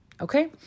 Okay